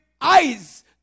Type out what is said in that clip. eyes